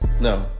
no